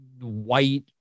white